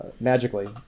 Magically